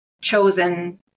chosen